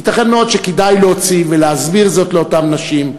ייתכן מאוד שכדאי להוציא ולהסביר זאת לאותן נשים,